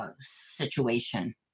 situation